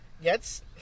Yes